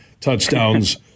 touchdowns